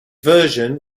version